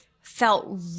felt